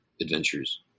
adventures